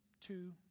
two